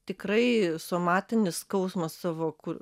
tikrai somatinis skausmas savo kur